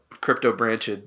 crypto-branched